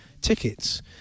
tickets